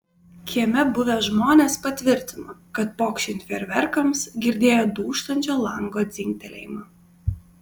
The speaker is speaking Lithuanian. kieme buvę žmonės patvirtino kad pokšint fejerverkams girdėjo dūžtančio lango dzingtelėjimą